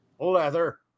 Leather